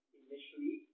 initially